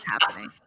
happening